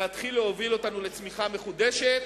להתחיל להוביל אותנו לצמיחה מחודשת.